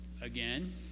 again